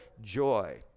joy